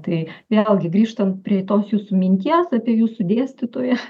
tai vėlgi grįžtant prie tos jūsų minties apie jūsų dėstytoją